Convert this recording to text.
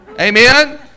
Amen